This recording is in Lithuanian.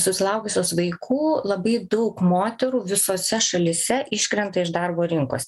susilaukusios vaikų labai daug moterų visose šalyse iškrenta iš darbo rinkos